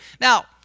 now